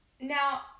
Now